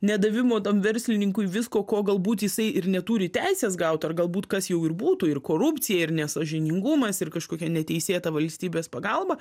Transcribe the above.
nedavimo tam verslininkui visko ko galbūt jisai ir neturi teisės gaut ar galbūt kas jau ir būtų ir korupcija ir nesąžiningumas ir kažkokia neteisėta valstybės pagalba